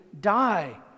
die